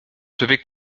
bewegt